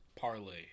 parlay